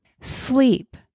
Sleep